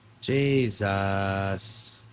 Jesus